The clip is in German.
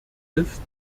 ist